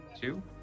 Two